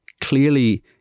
clearly